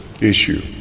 issue